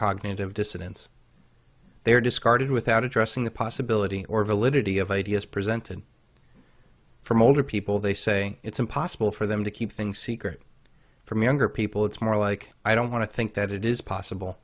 cognitive dissidence they are discarded without addressing the possibility or validity of ideas presented from older people they say it's impossible for them to keep things secret from younger people it's more like i don't want to think that it is possible